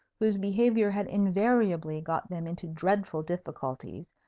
whose behaviour had invariably got them into dreadful difficulties,